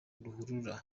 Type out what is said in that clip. ruhurura